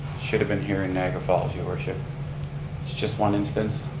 should have been here in niagara falls your worship. it's just one instance.